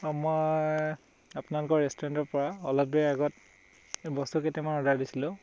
অ' মই আপোনালোকৰ ৰেষ্টুৰেণ্টৰ পৰা অলপ দেৰি আগত বস্তু কেইটামান অৰ্ডাৰ দিছিলোঁ